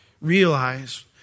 Realize